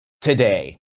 today